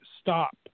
stop